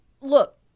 look